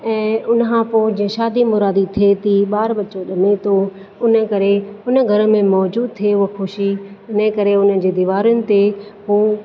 ऐ उन खां पोइ जीअं शादी मुरादी थिए थी ॿार बच्चो ॼमे थो उने करे हुन घर में मौजूद थिए उहो ख़ुशी हिन करे हुननि जे दीवारीनि ते उहो